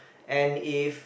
and if